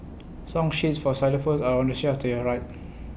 song sheets for xylophones are on the shelf to your right